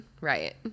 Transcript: right